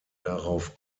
darauf